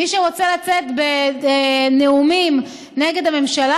מי שרוצה לצאת בנאומים נגד הממשלה,